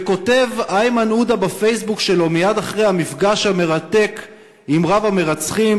וכותב איימן עודה בפייסבוק שלו מייד אחרי המפגש המרתק עם רב-המרצחים,